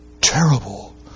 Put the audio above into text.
terrible